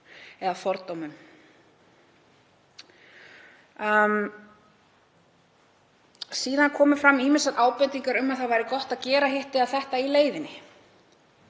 frá fordómum. Síðan komu fram ýmsar ábendingar um að gott væri að gera hitt eða þetta í leiðinni,